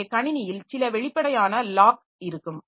எனவே கணினியில் சில வெளிப்படையான லாக் இருக்கும்